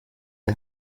der